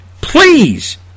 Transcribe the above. please